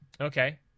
Okay